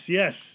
yes